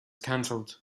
cancelled